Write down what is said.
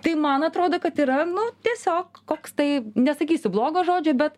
tai man atrodo kad yra nu tiesiog koks tai nesakysiu blogo žodžio bet